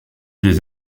des